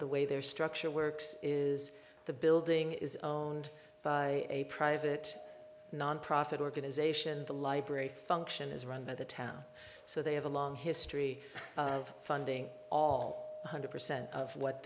the way their structure works is the building is own by a private nonprofit organization the library function is run by the town so they have a long history of funding all hundred percent of what